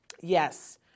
yes